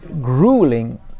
grueling